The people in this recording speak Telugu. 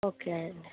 ఓకే అండి